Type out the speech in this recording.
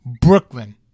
Brooklyn